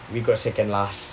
we got second last